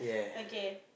okay